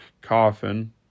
coffin